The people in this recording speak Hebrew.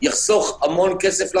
יחסוך המון כסף למדינה,